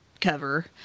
cover